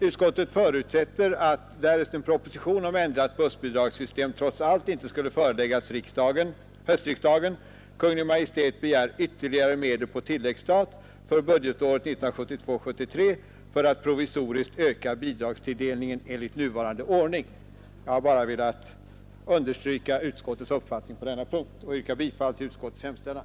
Utskottet förutsätter därför att — därest en proposition om ändrat bussbidragssystem trots allt inte skulle föreläggas höstriksdagen — Kungl. Maj:t begär ytterligare medel på tilläggsstat för budgetåret 1972/73 för att provisoriskt öka bidragstilldelningen enligt nuvarande ordning.” Jag har bara velat understryka utskottets uppfattning på denna punkt och yrkar bifall till utskottets hemställan.